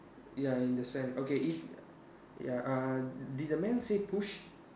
ya in the sand okay if ya uh did the man say push